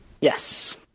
yes